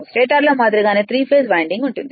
స్టేటర్లో మాదిరిగానే three phase winding ఉంటుంది